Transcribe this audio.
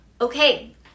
okay